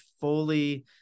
fully